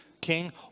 king